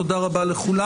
תודה רבה לכולם.